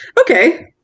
Okay